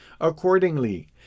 Accordingly